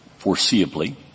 foreseeably